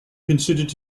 considered